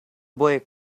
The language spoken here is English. boy